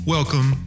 Welcome